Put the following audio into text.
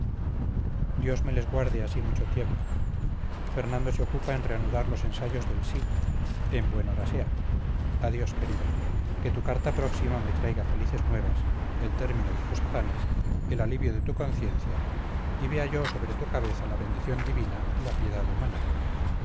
dios me les guarde así mucho tiempo fernando se ocupa en reanudar los ensayos del sí en buen hora sea adiós querida que tu carta próxima me traiga felices nuevas el término de tus afanes el alivio de tu conciencia y vea yo sobre tu cabeza la bendición divina y la piedad humana